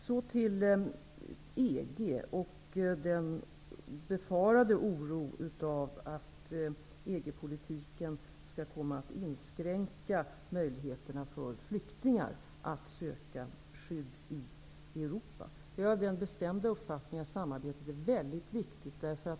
Så till EG och oron för att EG-politiken skall komma att inskränka möjligheterna för flyktingar att söka skydd i Europa. Jag är av den bestämda uppfattningen att samarbete är väldigt viktigt.